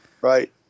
right